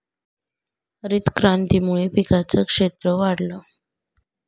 हरितक्रांतीमुळे पिकांचं क्षेत्र वाढलं